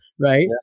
right